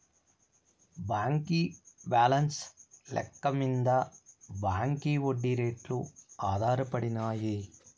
బాంకీ బాలెన్స్ లెక్క మింద బాంకీ ఒడ్డీ రేట్లు ఆధారపడినాయి